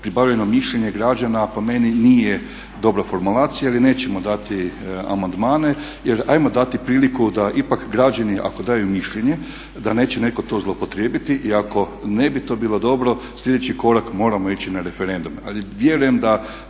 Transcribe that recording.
pribavljeno mišljenje građana po meni nije dobra formulacija jer nećemo dati amandmane jer ajmo dati priliku da ipak građani ako daju mišljenje da neće netko to zloupotrijebiti i ako ne bi to bilo dobro slijedeći korak moramo ići na referendum.